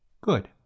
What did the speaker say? Good